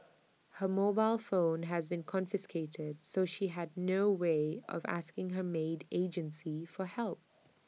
her mobile phone has been confiscated so she had no way of asking her maid agency for help